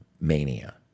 Mania